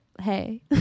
hey